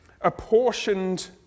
apportioned